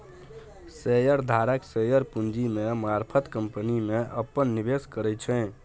share धारक share पूंजी के मारफत कंपनी में अप्पन निवेश करै छै